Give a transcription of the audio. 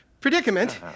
predicament